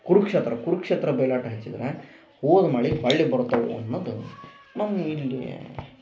ಕುರುಕ್ಷೇತ್ರ ಕುರುಕ್ಷೇತ್ರ ಬಯಲಾಟ ಹಚ್ಚಿದ್ದರ ಹೋದ್ ಮಳೆ ಹೊಳ್ಳಿ ಬರ್ತವು ಅನ್ನುದ ನಮ್ಮ ಇಲ್ಲಿ